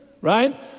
Right